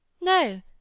No